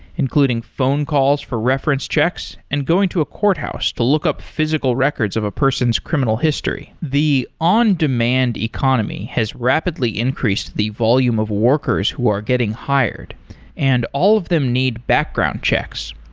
including phone calls for reference checks and going to a courthouse to look up physical records of a person's criminal history. the on-demand economy has rapidly increased the volume of workers who were getting hired and all of them need background checks.